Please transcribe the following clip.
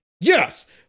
Yes